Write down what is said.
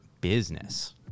business